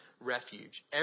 Refuge